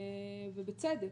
ובצדק.